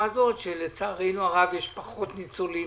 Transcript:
הזאת כאשר לצערנו הרב יש פחות ניצולים.